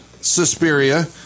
Suspiria